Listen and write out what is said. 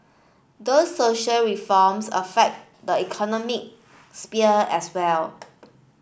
those social reforms affect the economic sphere as well